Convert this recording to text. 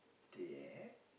dead